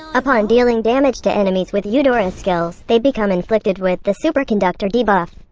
upon dealing damage to enemies with eudora's skills, they become inflicted with the superconductor debuff.